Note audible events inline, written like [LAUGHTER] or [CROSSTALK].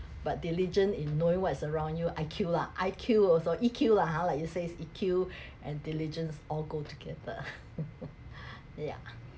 but diligent in knowing what's around you I_Q lah I_Q also E_Q lah ha like you say it's E_Q and diligence all go together [LAUGHS] yeah